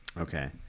Okay